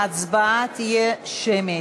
ההצבעה תהיה שמית.